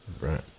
Right